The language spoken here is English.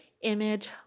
Image